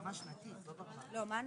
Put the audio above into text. והרווחה בכל שלושה חודשים על העניינים הבאים: